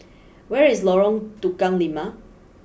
where is Lorong Tukang Lima